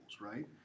right